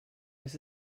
dass